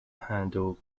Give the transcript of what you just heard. handle